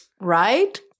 Right